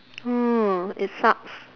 mm it sucks